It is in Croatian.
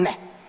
Ne.